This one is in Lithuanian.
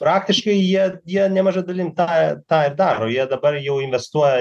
praktiškai jie jie nemaža dalim tą tą ir daro jie dabar jau investuoja